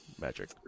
magic